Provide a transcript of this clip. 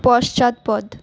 পশ্চাৎপদ